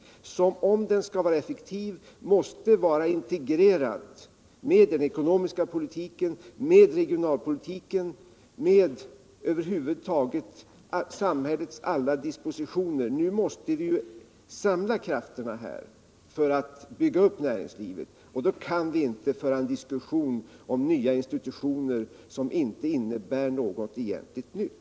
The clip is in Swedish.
Näringspolitiken skall om den skall vara effektiv integreras med den ekonomiska politiken, med regionalpolitiken och över huvud taget med samhällets alla dispositioner. Nu måste vi samla krafterna för att bygga upp näringslivet. Då kan vi inte föra en diskussion om nya institutioner som inte innebär något egentligt nytt.